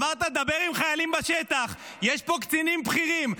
אמרת: דבר עם חיילים בשטח, יש פה קצינים בכירים.